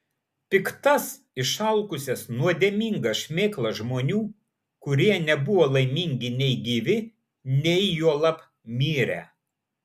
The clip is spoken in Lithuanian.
piktas išalkusias nuodėmingas šmėklas žmonių kurie nebuvo laimingi nei gyvi nei juolab mirę